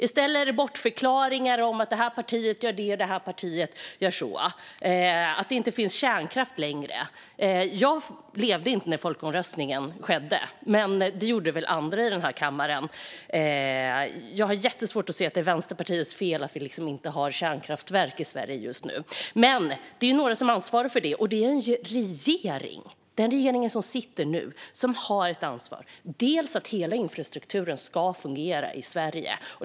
I stället är det bortförklaringar om att det här partiet gör si och det där partiet gör så och om att det inte finns kärnkraft längre. Jag levde inte när folkomröstningen skedde, men det gjorde väl andra i den här kammaren. Jag har jättesvårt att se att det är Vänsterpartiets fel att det inte finns kärnkraftverk i Sverige just nu. Men det finns ju några som ansvarar för det, och det är regeringen som sitter nu. Den har ansvar för att hela infrastrukturen ska fungera i Sverige.